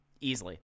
easily